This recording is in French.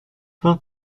vingt